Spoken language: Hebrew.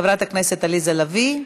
חברת הכנסת עליזה לביא,